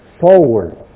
forward